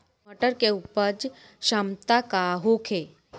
मटर के उपज क्षमता का होखे?